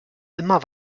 immer